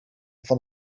van